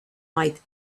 night